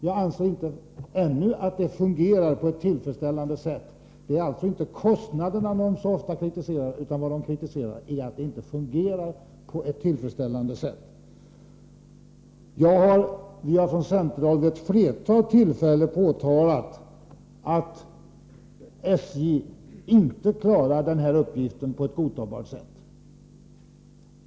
Jag anser inte att det ännu fungerar på ett tillfredsställande sätt. Vad de kritiserar är inte så ofta kostnaderna utan att det inte fungerar på ett tillfredsställande sätt. Vi har från centerhåll vid ett flertal tillfällen påtalat att SJ inte klarar den här uppgiften på ett godtagbart sätt.